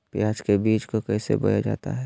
प्याज के बीज को कैसे बोया जाता है?